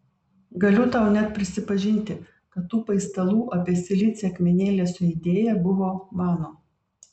galiu tau net prisipažinti kad tų paistalų apie silicį akmenėliuose idėja buvo mano